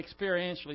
experientially